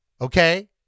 okay